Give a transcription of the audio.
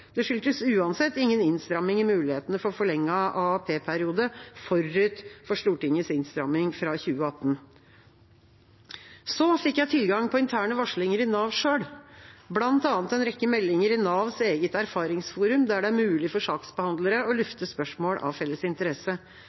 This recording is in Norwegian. Det skyldtes uansett ingen innstramming i mulighetene for forlenget AAP-periode forut for Stortingets innstramming fra 2018. Så fikk jeg tilgang på interne varslinger i Nav selv, bl.a. en rekke meldinger i Navs eget erfaringsforum, der det er mulig for saksbehandlere å lufte spørsmål av felles interesse.